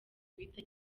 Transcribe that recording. guhita